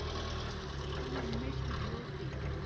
kind of mesh with your field.